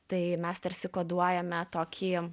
tai mes tarsi koduojame tokį